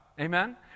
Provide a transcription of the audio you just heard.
Amen